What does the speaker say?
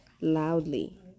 loudly